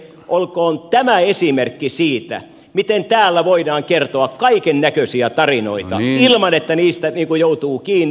olkoon tämä esimerkki siitä miten täällä voidaan kertoa kaikennäköisiä tarinoita ilman että niistä joutuu kiinni